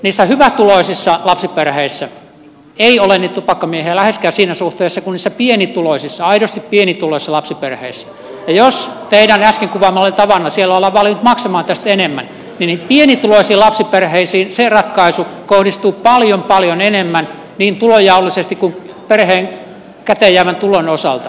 niissä hyvätuloisissa lapsiperheissä ei ole niitä tupakkamiehiä läheskään siinä suhteessa kuin niissä pienituloisissa aidosti pienituloisissa lapsiperheissä ja jos teidän äsken kuvaamallanne tavalla siellä ollaan valmiit maksamaan tästä enemmän niin niihin pienituloisiin lapsiperheisiin se ratkaisu kohdistuu paljon paljon enemmän niin tulonjaollisesti kuin perheen käteen jäävän tulon osalta